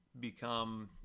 become